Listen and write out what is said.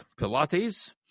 pilates